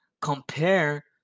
compare